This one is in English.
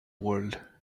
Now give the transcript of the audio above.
world